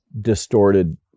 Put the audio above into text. distorted